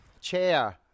chair